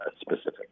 specific